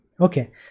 okay